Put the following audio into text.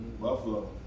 Buffalo